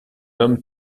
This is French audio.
homme